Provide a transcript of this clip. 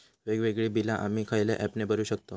वेगवेगळी बिला आम्ही खयल्या ऍपने भरू शकताव?